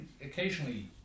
Occasionally